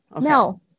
no